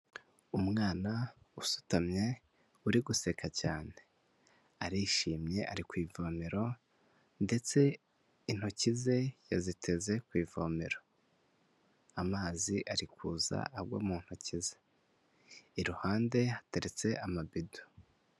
Umwana usutamye uri guseka cyane arishimye ari ku ivomero ndetse intoki ze yaziteze ku ivomera amazi ari kuza agwa mu ntoki ze iruhande hateretse amabido.